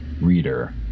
reader